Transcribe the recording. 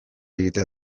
egitea